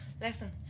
Listen